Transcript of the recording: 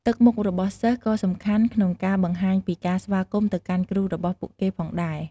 ទឹកមុខរបស់សិស្សក៏សំខាន់ក្នុងការបង្ហាញពីការស្វាគមន៍ទៅកាន់គ្រូរបស់ពួកគេផងដែរ។